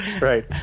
Right